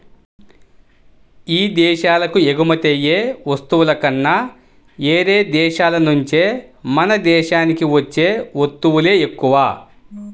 ఇదేశాలకు ఎగుమతయ్యే వస్తువుల కన్నా యేరే దేశాల నుంచే మన దేశానికి వచ్చే వత్తువులే ఎక్కువ